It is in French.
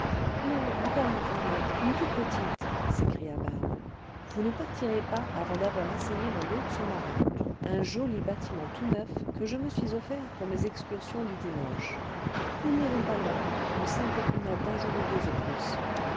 non encore une promenade une toute petite s'écria barbe vous ne partirez pas avant d'avoir essayé mon yacht sous-marin un joli bâtiment tout neuf que je me suis offert pour mes excursions du dimanche nous n'irons pas loin une simple promenade d'un jour ou deux au plus